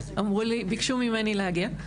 להגיע היום וביקשו ממני להגיע.